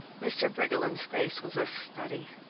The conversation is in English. mr. briggerland's face was a study.